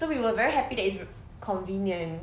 so we were very happy that it's convenient